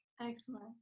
Excellent